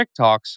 TikToks